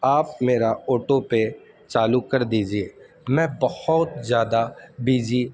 آپ میرا auto pay چالو کر دیجیے میں بہت زیادہ بزی